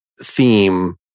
theme